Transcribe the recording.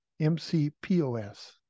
MCPOS